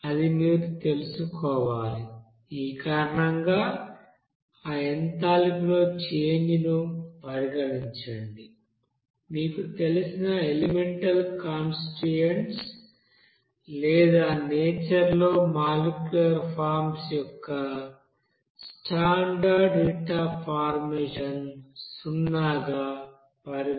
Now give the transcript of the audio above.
అది మీరు తెలుసుకోవాలి ఈ కారణంగా ఆ ఎంథాల్పీ లో చేంజ్ ను పరిగణించండి మీకు తెలిసిన ఎలిమెంటల్ కాన్స్టిట్యూయెంట్స్ లేదా నేచర్ లో మాలిక్యూలర్ ఫార్మ్స్ యొక్క స్టాండర్డ్ హీట్ అఫ్ ఫార్మేషన్ సున్నాగా పరిగణించబడుతుంది